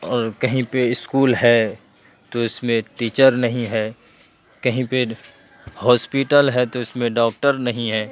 اور کہیں پہ اسکول ہے تو اس میں ٹیچر نہیں ہے کہیں پہ ہاسپٹل ہے تو اس میں ڈاکٹر نہیں ہے